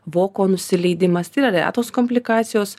voko nusileidimas retos komplikacijos